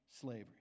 slavery